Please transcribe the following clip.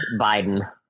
Biden